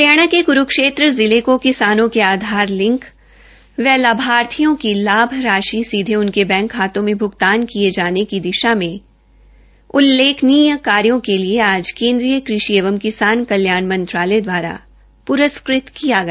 हरियाणा के कुरुक्षेत्र जिला को किसानों के आधार लिंक व लाभपात्रों की लाभ राशि सीधे उनके बैंक खातों में भुगतान किए जाने की दिशा में उल्लेखनीय कार्यों के लिए आज केंद्रीय कृषि एवं किसान कल्याण मंत्रालय द्वारा प्रस्कृत किया गया